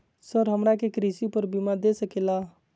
Sir हमरा के कृषि पर बीमा दे सके ला?